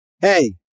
hey